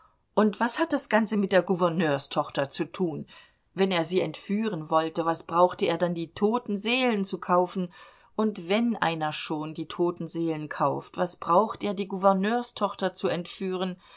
und was hat das ganze mit der gouverneurstochter zu tun wenn er sie entführen wollte was brauchte er dann die toten seelen zu kaufen und wenn einer schon die toten seelen kauft was braucht er die gouverneurstochter zu entführen